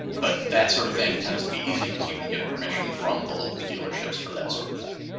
but that sort of thing tends to be easy cause you can get permission from the local dealerships for that sort of thing.